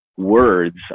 words